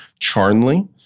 Charnley